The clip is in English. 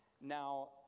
Now